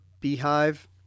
Beehive